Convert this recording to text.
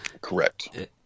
Correct